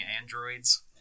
androids